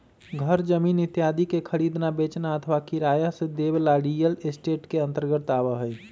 घर जमीन इत्यादि के खरीदना, बेचना अथवा किराया से देवे ला रियल एस्टेट के अंतर्गत आवा हई